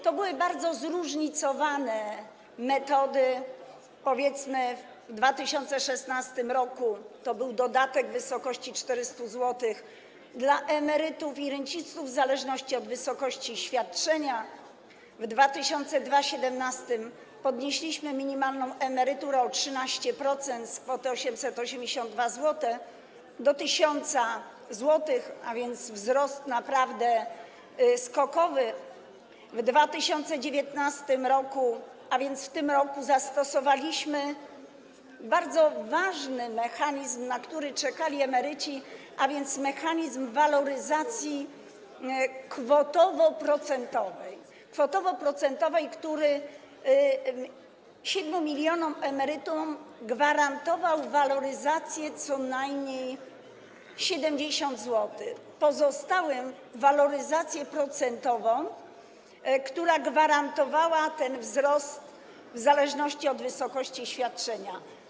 To były bardzo zróżnicowane metody, powiedzmy, w 2016 r. to był dodatek w wysokości 400 zł dla emerytów i rencistów w zależności od wysokości świadczenia, w 2017 r. podnieśliśmy minimalną emeryturę o 13% z kwoty 882 zł do 1000 zł, a więc wzrost był naprawdę skokowy, w 2019 r., a więc w tym roku, zastosowaliśmy bardzo ważny mechanizm, na który czekali emeryci, czyli mechanizm waloryzacji kwotowo-procentowej, który gwarantował 7 mln emerytom waloryzację w wysokości co najmniej 70 zł, pozostałym waloryzację procentową, która gwarantowała ten wzrost w zależności od wysokości świadczenia.